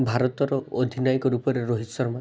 ଭାରତର ଅଧିନାୟକ ରୂପରେ ରୋହିତ୍ ଶର୍ମା